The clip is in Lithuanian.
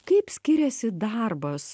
kaip skiriasi darbas